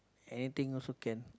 anything also can